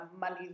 money